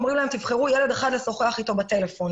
אומרים להם תבחרו ילד אחד לשוחח אתו בטלפון.